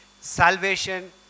salvation